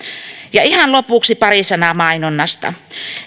ja ihan lopuksi pari sanaa mainonnasta